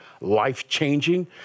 life-changing